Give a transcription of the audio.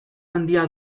handia